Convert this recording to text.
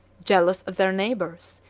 jealous of their neighbors,